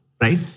right